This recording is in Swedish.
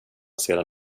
sedan